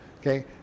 Okay